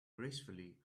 gracefully